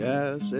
Yes